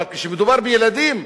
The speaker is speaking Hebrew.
אבל כשמדובר בילדים,